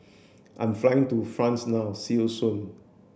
I'm flying to France now see you soon